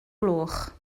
gloch